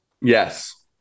Yes